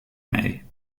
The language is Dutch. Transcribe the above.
mee